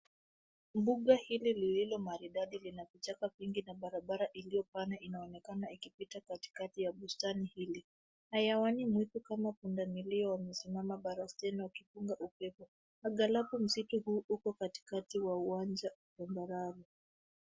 Mbuga hili lililo maridadi lina vichaka vingi na barabara iliyopana inaonekana ikipita katikati ya bustani hili. Hayawani muhimu kama pundamilia wamesimama barasteni wakipunga upepo, angalabu msitu huu uko katikati wa uwanja tambarare.